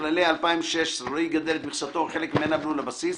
לכללי 2016 לא יגדל את מכסתו או חלק ממנה בלול הבסיס,